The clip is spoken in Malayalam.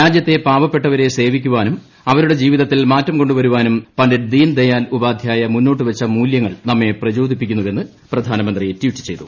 രാജ്യത്തെ പാവപ്പെട്ടവരെ സേവിക്കാനും അവരുടെ ജീവിതത്തിൽ മാറ്റം കൊണ്ടു വരാനും പണ്ഡിറ്റ് ദീൻദയാൽ ഉപാദ്ധ്യായ മുന്നോട്ട് വച്ച മൂലൃങ്ങൾ നമ്മെ പ്രചോദിപ്പിക്കുന്നുവെന്ന് പ്രധാനമന്ത്രി ട്വീറ്റ് ചെയ്തു